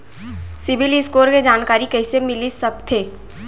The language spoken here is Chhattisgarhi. सिबील स्कोर के जानकारी कइसे मिलिस सकथे?